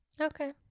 okay